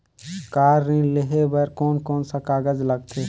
Car ऋण लेहे बार कोन कोन सा कागज़ लगथे?